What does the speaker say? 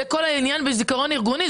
זה כל העניין בזיכרון ארגוני.